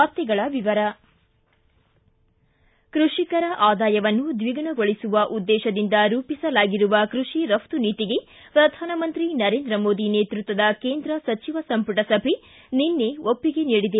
ವಾರ್ತೆಗಳ ವಿವರ ಕೃಷಿಕರ ಆದಾಯಯನ್ನು ದ್ವಿಗುಣಗೊಳಸುವ ಉದ್ದೇಶದಿಂದ ರೂಪಿಸಲಾಗಿರುವ ಕೃಷಿ ರಫ್ತು ನೀತಿಗೆ ಪ್ರಧಾನಮಂತ್ರಿ ನರೇಂದ್ರ ಮೋದಿ ನೇತೃತ್ವದ ಕೇಂದ್ರ ಸಚಿವ ಸಂಪುಟ ಸಭೆ ನಿನ್ನೆ ಒಪ್ಪಿಗೆ ನೀಡಿದೆ